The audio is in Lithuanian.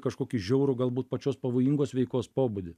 kažkokį žiaurų galbūt pačios pavojingos veikos pobūdį